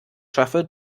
schaffe